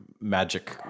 magic